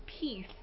peace